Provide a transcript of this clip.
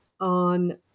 on